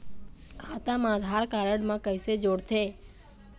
खाता मा आधार कारड मा कैसे जोड़थे?